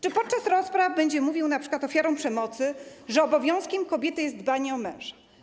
Czy podczas rozpraw będzie mówił np. ofiarom przemocy, że obowiązkiem kobiety jest dbanie o męża?